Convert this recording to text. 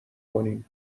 کنین